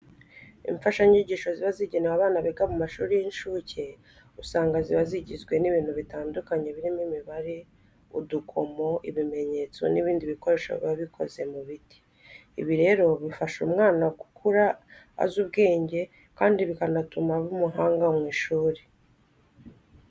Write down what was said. Imfashanyigisho ziba zigenewe abana biga mu mashuri y'incuke usanga ziba zigizwe n'ibintu bitandukanye birimo imibare, udukomo, ibimenyetso n'ibindi bikoresho biba bikoze mu biti. Ibi rero bifasha umwana gukura azi ubwenge kandi bikanatuma aba umuhanga mu ishuri.